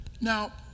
Now